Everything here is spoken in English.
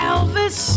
Elvis